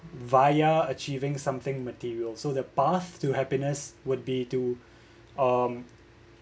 via achieving something material so the path to happiness would be to um